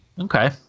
Okay